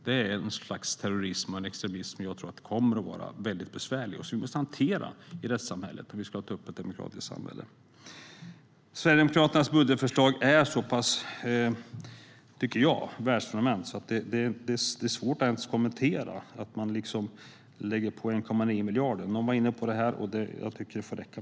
Det är ett slags extremism och terrorism som jag tror kommer att vara besvärlig och som vi måste hantera i rättssamhället, om vi ska ha ett öppet och demokratiskt samhälle. Sverigedemokraternas budgetförslag tycker jag är så pass världsfrånvänt att det är svårt att ens kommentera. De lägger på 1,9 miljarder. Någon har varit inne på det, och jag tycker att det får räcka.